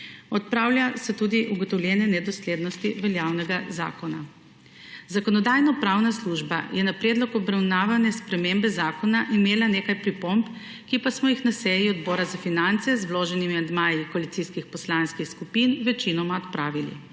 odpravlja se tudi ugotovljene nedoslednosti veljavnega zakona. Zakonodajno-pravna služba je na predlog obravnavane spremembe zakona imela nekaj pripomb, ki pa smo jih na seji Odbora za finance z vloženimi amandmaji koalicijskih poslanskih skupin večinoma odpravili.